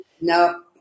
No